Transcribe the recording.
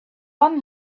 one